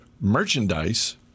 merchandise